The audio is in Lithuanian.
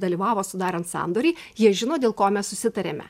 dalyvavo sudarant sandorį jie žino dėl ko mes susitarėme